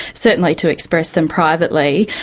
certainly to express them privately,